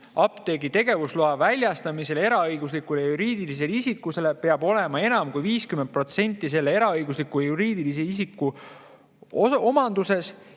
üldapteegi tegevusloa väljastamisel eraõiguslikule juriidilisele isikule peab enam kui 50% selle eraõigusliku juriidilise isiku [osadest